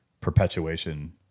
perpetuation